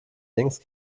längst